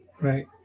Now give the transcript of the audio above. right